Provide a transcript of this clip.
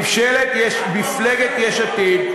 מפלגת יש עתיד,